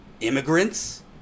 immigrants